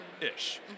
ish